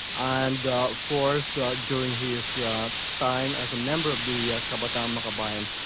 and of course during his time as a member of the ah kabataang um makabayan,